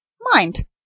Mind